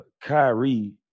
Kyrie